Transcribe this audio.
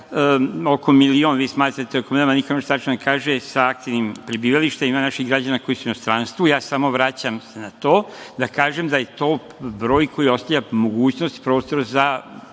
da oko milion, vi smatrate oko milion, mada niko ne može tačno da kaže, sa aktivnim prebivalištem, ima naših građana koji su u inostranstvu, ja se samo vraćam na to da kažem da je to broj koji ostavlja mogućnost i prostor za